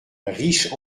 riche